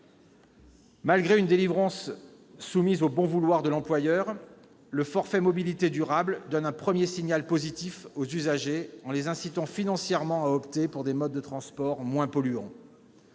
Malgré une délivrance soumise au bon vouloir de l'employeur, le « forfait mobilités durables » donne un premier signal positif aux usagers en les incitant financièrement à opter pour des modes de transport moins polluants.